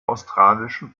australischen